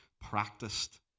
practiced